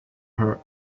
her